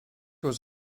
was